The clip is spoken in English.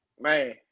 man